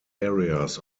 areas